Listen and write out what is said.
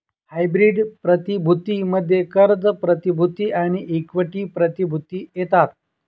hybrid प्रतिभूती मध्ये कर्ज प्रतिभूती आणि इक्विटी प्रतिभूती येतात